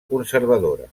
conservadora